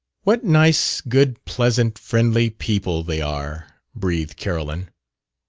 what nice, good, pleasant, friendly people they are! breathed carolyn.